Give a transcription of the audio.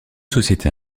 sociétés